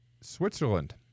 Switzerland